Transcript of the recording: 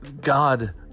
God